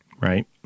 Right